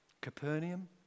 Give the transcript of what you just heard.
Capernaum